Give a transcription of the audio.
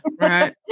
right